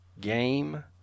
game